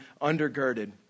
undergirded